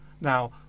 Now